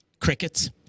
Crickets